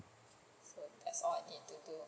so that's all I need to do